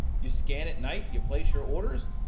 you scan at night you place your orders,